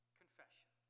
confession